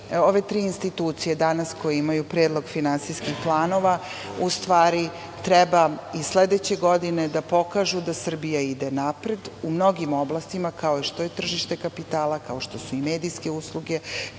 ove tri institucije danas koje imaju predlog finansijskih planova, Ustava Republike Srbije stvari treba i sledeće godine da pokažu da Srbija ide napred, u mnogim oblastima, kao što je tržište kapitala, kao što su i medijske usluge,